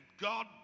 God